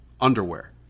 underwear